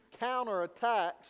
counterattacks